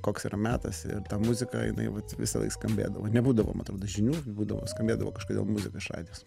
koks yra metas ta muzika jinai vat visąlaik skambėdavo nebūdavo matomai žinių būdavo skambėdavo kažkodėl muzika iš radijos